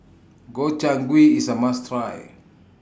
Gobchang Gui IS A must Try